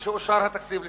כשאושר התקציב לשנתיים.